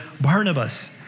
Barnabas